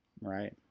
Right